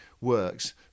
works